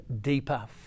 deeper